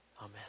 Amen